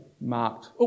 marked